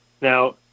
Now